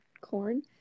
corn